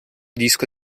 disco